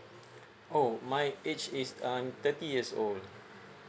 oh my age is um thirty years old